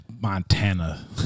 Montana